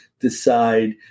decide